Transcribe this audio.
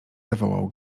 zawołał